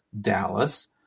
Dallas